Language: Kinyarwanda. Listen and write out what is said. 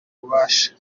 ububasha